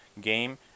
game